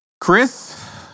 Chris